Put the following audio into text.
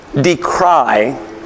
decry